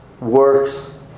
works